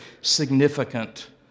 significant